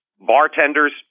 bartenders